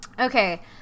Okay